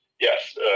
yes